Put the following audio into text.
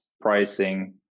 pricing